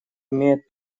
имеет